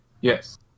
Yes